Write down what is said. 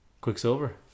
Quicksilver